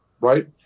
right